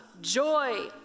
joy